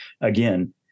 again